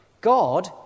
God